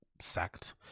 sacked